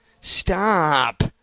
Stop